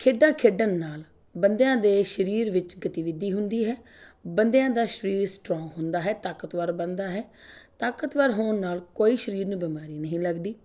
ਖੇਡਾਂ ਖੇਡਣ ਨਾਲ ਬੰਦਿਆਂ ਦੇ ਸਰੀਰ ਵਿੱਚ ਗਤੀਵਿਧੀ ਹੁੰਦੀ ਹੈ ਬੰਦਿਆਂ ਦਾ ਸਰੀਰ ਸਟਰੌਂਗ ਦਾ ਹੈ ਤਾਕਤਵਰ ਬਣਦਾ ਹੈ ਤਾਕਤਵਰ ਹੋਣ ਨਾਲ ਕੋਈ ਸਰੀਰ ਨੂੰ ਬਿਮਾਰੀ ਨਹੀਂ ਲੱਗਦੀ